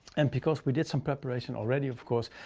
and because we did some preparation already, of course.